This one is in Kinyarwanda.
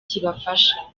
kibafasha